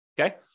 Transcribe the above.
Okay